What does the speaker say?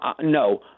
no